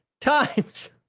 times